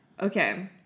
Okay